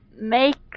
make